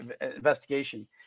investigation